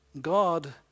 God